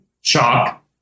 shock